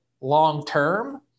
long-term